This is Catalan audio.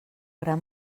gran